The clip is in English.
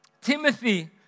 Timothy